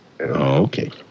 Okay